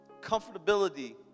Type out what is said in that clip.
Comfortability